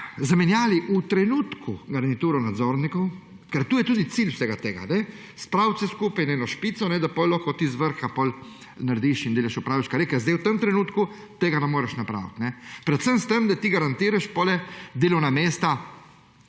zamenjali v trenutku garnituro nadzornikov, ker to je tudi cilj vsega tega – spraviti vse skupaj na neko špico, da potem lahko ti z vrha delaš in upravljaš. Zdaj v tem trenutku tega ne moreš napraviti. Predvsem s tem, da ti garantiraš potem delovna mesta